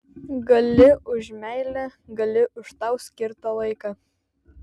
gali už meilę gali už tau skirtą laiką